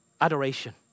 adoration